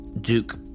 Duke